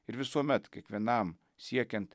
ir visuomet kiekvienam siekiant